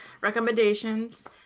recommendations